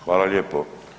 Hvala lijepo.